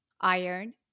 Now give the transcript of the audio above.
iron